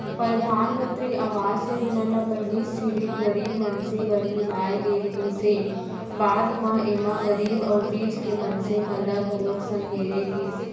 परधानमंतरी आवास योजना ल पहिली सिरिफ गरीब मनसे बर ही लाए गे रिहिस हे, बाद म एमा गरीब अउ बीच के मनसे मन ल घलोक संघेरे गिस